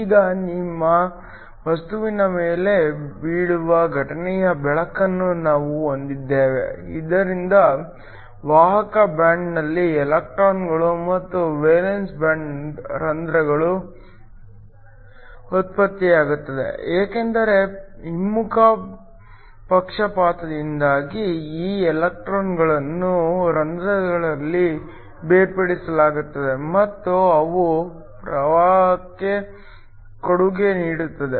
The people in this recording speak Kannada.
ಈಗ ನಿಮ್ಮ ವಸ್ತುವಿನ ಮೇಲೆ ಬೀಳುವ ಘಟನೆಯ ಬೆಳಕನ್ನು ನಾವು ಹೊಂದಿದ್ದೇವೆ ಇದರಿಂದ ವಾಹಕ ಬ್ಯಾಂಡ್ನಲ್ಲಿ ಎಲೆಕ್ಟ್ರಾನ್ಗಳು ಮತ್ತು ವೇಲೆನ್ಸಿ ಬ್ಯಾಂಡ್ನಲ್ಲಿ ರಂಧ್ರಗಳು ಉತ್ಪತ್ತಿಯಾಗುತ್ತವೆ ಏಕೆಂದರೆ ಹಿಮ್ಮುಖ ಪಕ್ಷಪಾತದಿಂದಾಗಿ ಈ ಎಲೆಕ್ಟ್ರಾನ್ಗಳನ್ನು ರಂಧ್ರಗಳಲ್ಲಿ ಬೇರ್ಪಡಿಸಲಾಗುತ್ತದೆ ಮತ್ತು ಅವು ಪ್ರವಾಹಕ್ಕೆ ಕೊಡುಗೆ ನೀಡುತ್ತವೆ